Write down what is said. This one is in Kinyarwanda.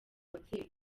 babyeyi